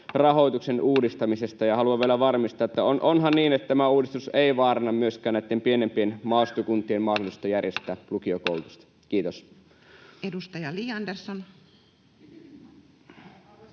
rahoituksen uudistamisesta. Haluan vielä varmistaa: onhan niin, että tämä uudistus ei vaaranna myöskään näitten pienempien maaseutukuntien mahdollisuutta järjestää lukiokoulutusta? — Kiitos. Edustaja Li Andersson. Arvoisa